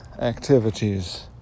activities